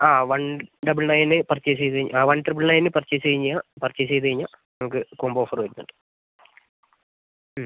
ആ one double ണെയൻല് purchase ചെയ്ത് ആ ത്രിബിൾ ണെയൻല് പർച്ചേസ് കഴിഞ്ഞാൽ പർച്ചേസ് ചെയ്ത് കഴിഞ്ഞാൽ നമുക്ക് കോമ്പോ ഓഫർ വരുന്നുണ്ട്